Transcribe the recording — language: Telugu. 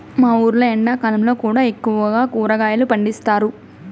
మా ఊర్లో ఎండాకాలంలో కూడా ఎక్కువగా కూరగాయలు పండిస్తారు